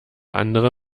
andere